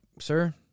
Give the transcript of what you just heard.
sir